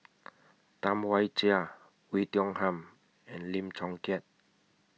Tam Wai Jia Oei Tiong Ham and Lim Chong Keat